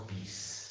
peace